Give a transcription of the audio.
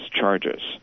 charges